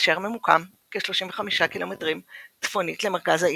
אשר ממוקם כ-35 קילומטרים צפונית למרכז העיר.